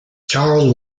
charles